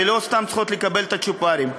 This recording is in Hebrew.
ולא סתם צריכות לקבל צ'ופרים.